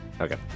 Okay